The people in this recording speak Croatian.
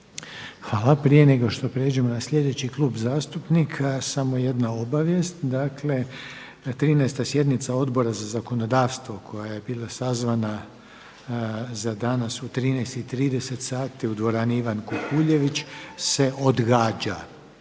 Hvala. Prije nego što pređemo na slijedeći klub zastupnika samo jedna obavijest. Dakle 13. sjednica Odbora za zakonodavstvo koja je bila sazvana za danas u 13,30 sati u dvorani Ivan Kukuljević se odgađa.